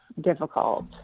difficult